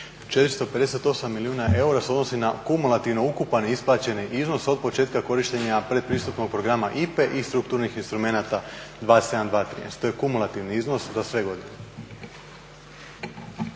458 milijuna eura se odnosi na kumulativno ukupan isplaćeni iznos od početka korištenje pretpristupnog programa IPA-e i strukturnih instrumenata 2, 7, 2, 13. To je kumulativni iznos za sve godine.